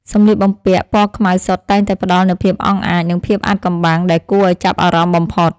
សម្លៀកបំពាក់ពណ៌ខ្មៅសុទ្ធតែងតែផ្តល់នូវភាពអង់អាច និងភាពអាថ៌កំបាំងដែលគួរឱ្យចាប់អារម្មណ៍បំផុត។